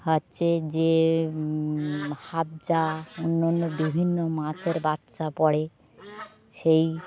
হচ্ছে যে হফজা অন্য অন্য বিভিন্ন মাছের বাচ্চা পড়ে সেই